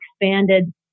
expanded